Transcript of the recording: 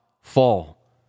fall